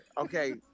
Okay